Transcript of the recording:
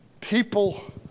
people